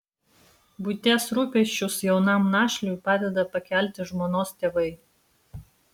buities rūpesčius jaunam našliui padeda pakelti žmonos tėvai